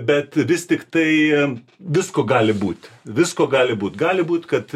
bet vis tiktai visko gali būti visko gali būt gali būt kad